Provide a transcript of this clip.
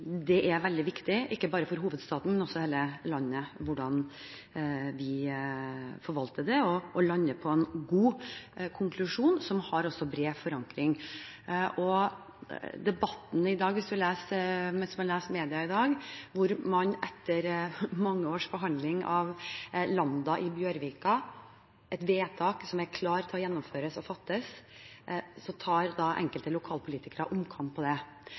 det er veldig viktig – ikke bare for hovedstaden, men for hele landet – hvordan vi forvalter det og lander på en god konklusjon, som også har bred forankring. Til debatten i dag: Hvis man leser i media i dag, ser man at etter mange års behandling av Lambda i Bjørvika og med et vedtak som er klart til å gjennomføres, tar enkelte lokalpolitikere omkamp om det.